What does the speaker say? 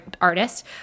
artist